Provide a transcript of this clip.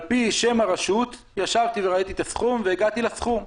על פי שם הרשות ישבתי וראיתי את הסכום והגעתי לסכום.